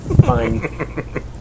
Fine